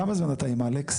כמה זמן אתה עם אלכס?